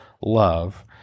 love